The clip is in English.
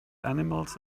animals